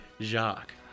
Jacques